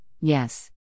yes